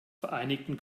vereinigten